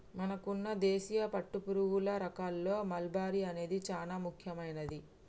మనకున్న దేశీయ పట్టుపురుగుల రకాల్లో మల్బరీ అనేది చానా ముఖ్యమైనది